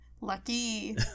Lucky